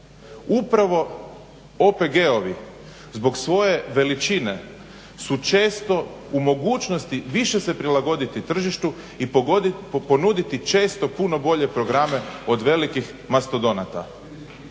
Upravo OPG-ovi zbog svoje veličine su često u mogućnosti više se prilagoditi tržištu i ponuditi često puno bolje programe od velikih mastodonata.